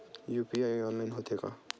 UPI online होथे का?